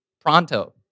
pronto